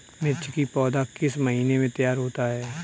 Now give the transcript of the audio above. मिर्च की पौधा किस महीने में तैयार होता है?